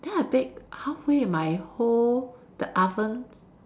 then I bake halfway my whole the oven